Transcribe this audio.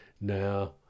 Now